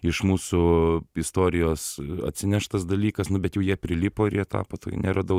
iš mūsų istorijos atsineštas dalykas nu bet jau jie prilipo ir jie tapo tokie neradau